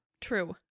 True